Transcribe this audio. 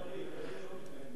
בן-ארי, בן-ארי.